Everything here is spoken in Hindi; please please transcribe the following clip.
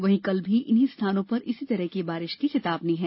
वहीं कल भी इन्हीं स्थानों पर इसी तरह की बारिश की चेतावनी है